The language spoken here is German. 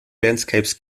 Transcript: landscapes